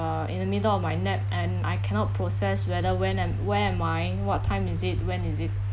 uh in the middle of my nap and I cannot process whether when and where am I what time is it when is it